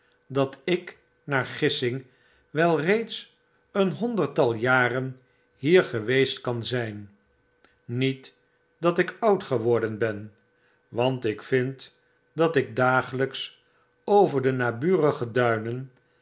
dat ik naar gissing wel reeds een honderdtal jaren hier geweest kan zijn niet dat ik oud geworden ben want ik vind dat ik dagelps over de naburige duinen